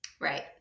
Right